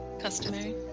customary